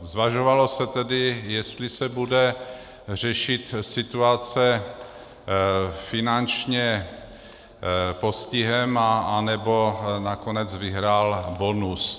Zvažovalo se tedy, jestli se bude řešit situace finančně postihem, anebo nakonec vyhrál bonus.